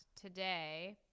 today